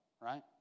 right